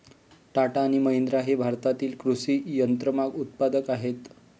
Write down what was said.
टाटा आणि महिंद्रा हे भारतातील कृषी यंत्रमाग उत्पादक आहेत